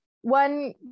One